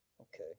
Okay